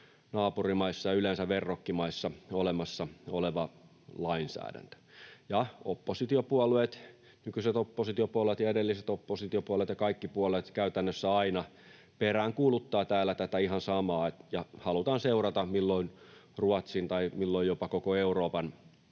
naapurimaissa, yleensä verrokkimaissa, jo olemassa oleva lainsäädäntö. Oppositiopuolueet, nykyiset oppositiopuolueet ja edelliset oppositiopuolueet, kaikki puolueet käytännössä aina, peräänkuuluttavat täällä tätä ihan samaa, ja halutaan seurata milloin Ruotsin tai milloin jopa koko Euroopan